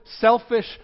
selfish